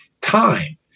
time